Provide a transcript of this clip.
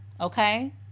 okay